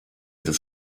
this